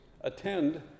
attend